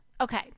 okay